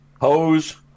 hose